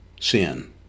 sin